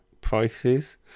prices